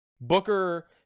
Booker